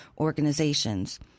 organizations